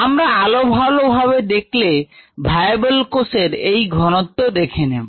আমরা আরো ভালোভাবে দেখলে ভায়াবল কোষের এই ঘনত্ব দেখে নেব